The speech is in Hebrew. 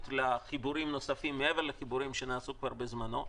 לחיבורים נוספים מעבר לחיבורים שנעשו כבר בזמנו,